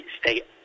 state